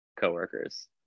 coworkers